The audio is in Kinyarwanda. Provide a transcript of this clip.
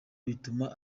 bituma